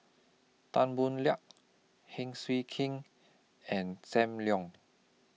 Tan Boo Liat Heng Swee King and SAM Leong